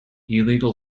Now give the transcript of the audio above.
illegal